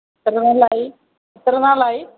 എത്ര നാളായി എത്ര നാളായി